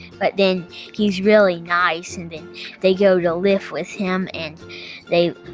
but then he's really nice and they they go to live with him. and they